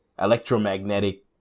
electromagnetic